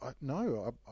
no